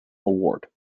award